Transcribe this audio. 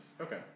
Okay